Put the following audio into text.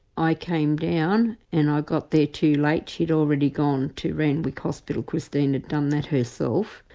i came down and i got there too late, she'd already gone to randwick hospital, christine had done that herself.